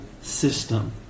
system